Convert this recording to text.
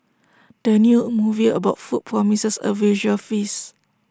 the new movie about food promises A visual feast